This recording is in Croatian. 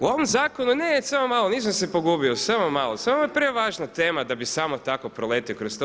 U ovom zakonu, ne samo malo nisam se pogubio, samo malo, samo je prevažna tema da bi samo tako preletio kroz to.